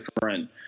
different